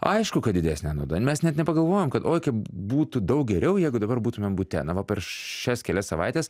aišku kad didesnė nauda mes net nepagalvojam kad oi kaip būtų daug geriau jeigu dabar būtumėm bute na va per šias kelias savaites